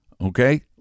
okay